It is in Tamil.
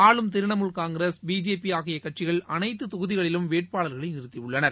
ஆளும் திரிணாமுல் காங்கிரஸ் பிஜேபிஆகியகட்சிகள் அனைத்துதொகுதிகளிலும் வேட்பாளர்களைநிறுத்தியுள்ளனர்